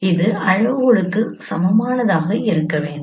அது அளவுகோலுக்கு சமமானதாக இருக்க வேண்டும்